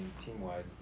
team-wide